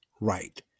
right